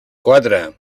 quatre